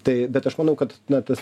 tai bet aš manau kad na tas